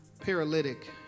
paralytic